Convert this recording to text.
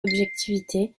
objectivité